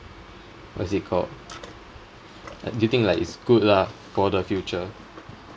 what's it called do you think like it's good lah for the future